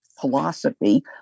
philosophy